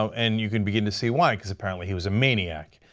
so and you can begin to see why, because apparently he was a maniac.